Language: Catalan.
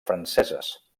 franceses